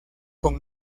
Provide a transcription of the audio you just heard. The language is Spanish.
con